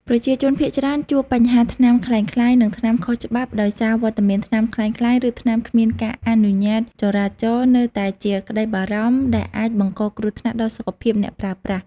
ប្រជាជនភាគច្រើនជួបបញ្ហាថ្នាំក្លែងក្លាយ និងថ្នាំខុសច្បាប់ដោយសារវត្តមានថ្នាំក្លែងក្លាយ ឬថ្នាំគ្មានការអនុញ្ញាតចរាចរណ៍នៅតែជាក្ដីបារម្ភ ដែលអាចបង្កគ្រោះថ្នាក់ដល់សុខភាពអ្នកប្រើប្រាស់។